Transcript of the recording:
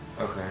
Okay